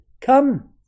Come